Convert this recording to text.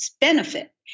benefit